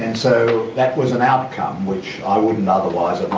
and so that was an outcome which i wouldn't otherwise